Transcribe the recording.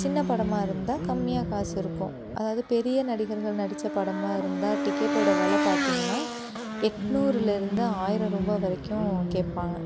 சின்னப்படமாக இருந்தால் கம்மியாக காசு இருக்கும் அதாவது பெரிய நடிகர்கள் நடித்த படமாக இருந்தால் டிக்கெட்டோட வெலை பார்த்திங்கனா எட்நூறுலேருந்து ஆயிரம் ரூபா வரைக்கும் கேட்பாங்க